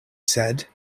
said